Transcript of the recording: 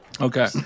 Okay